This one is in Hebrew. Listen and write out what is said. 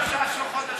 הוא אמר שלושה חודשים.